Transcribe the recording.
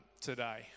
today